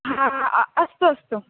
हा अस्तु अस्तु